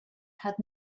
had